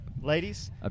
Ladies